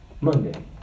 Monday